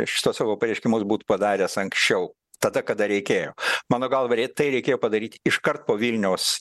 šituos savo pareiškimus būtų padaręs anksčiau tada kada reikėjo mano galva tai reikėjo padaryti iškart po vilniaus